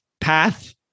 path